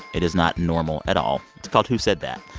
it is not normal at all. it's called who said that.